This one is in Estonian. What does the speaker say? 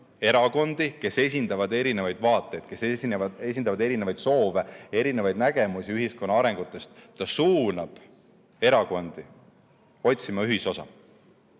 erakondi, kes esindavad erinevaid vaateid, kes esindavad erinevaid soove, erinevaid nägemusi ühiskonna arengutest, otsima ühisosa.